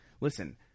listen